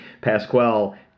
Pasquale